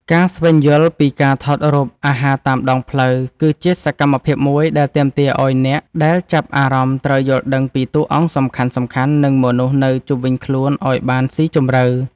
ការស្វែងយល់ពីការថតរូបអាហារតាមដងផ្លូវ គឺជាសកម្មភាពមួយដែលទាមទារឱ្យអ្នកដែលចាប់អារម្មណ៍ត្រូវយល់ដឹងពីតួអង្គសំខាន់ៗ និងមនុស្សនៅជុំវិញខ្លួនឱ្យបានស៊ីជម្រៅ។